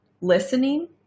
listening